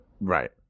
Right